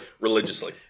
religiously